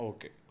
Okay